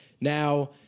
Now